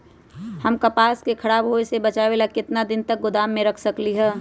हम कपास के खराब होए से बचाबे ला कितना दिन तक गोदाम में रख सकली ह?